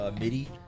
MIDI